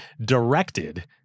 directed